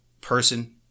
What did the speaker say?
person